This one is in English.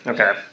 Okay